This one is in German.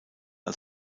als